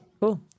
Cool